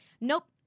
nope